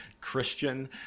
Christian